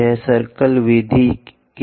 यह सर्किल विधि के चाप द्वारा होता है